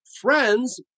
friends